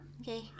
Okay